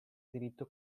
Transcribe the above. diritto